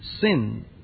sin